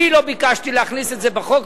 אני לא ביקשתי להכניס את זה בחוק,